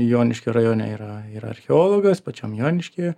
joniškio rajone yra ir archeologas pačiam jonišky